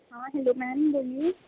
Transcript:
ہاں hello ma'am بولیے